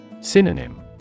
Synonym